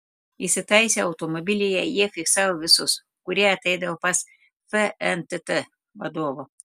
įsitaisę automobilyje jie fiksavo visus kurie ateidavo pas fntt vadovą